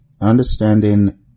understanding